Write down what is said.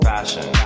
Fashion